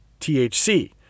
THC